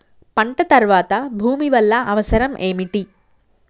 పంట తర్వాత భూమి వల్ల అవసరం ఏమిటి?